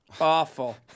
Awful